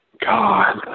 God